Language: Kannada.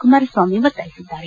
ಕುಮಾರಸ್ವಾಮಿ ಒತ್ತಾಯಿಸಿದ್ದಾರೆ